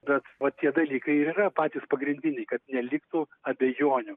bet vat tie dalykai ir yra patys pagrindiniai kad neliktų abejonių